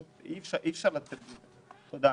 תודה.